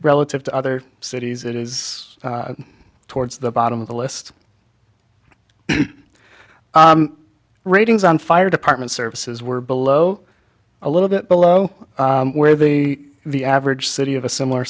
relative to other cities it is towards the bottom of the list ratings on fire department services were below a little bit below where the the average city of a similar